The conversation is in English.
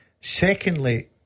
Secondly